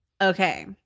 Okay